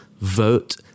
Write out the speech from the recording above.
vote